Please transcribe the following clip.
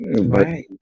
Right